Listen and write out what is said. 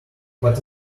but